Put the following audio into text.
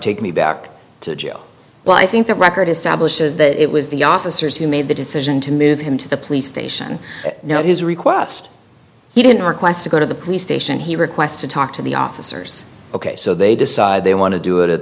take me back to jail but i think the record establishes that it was the officers who made the decision to move him to the police station no his request he didn't request to go to the police station he requests to talk to the officers ok so they decide they want to do it at